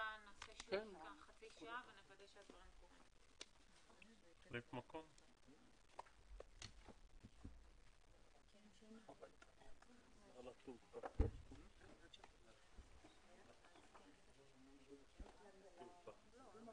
ננעלה בשעה 12:35.